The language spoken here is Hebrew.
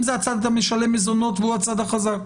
אם זה הצד שגם משלם מזונות והוא הצד החזק.